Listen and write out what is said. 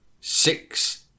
six